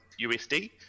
usd